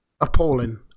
appalling